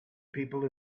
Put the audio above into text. people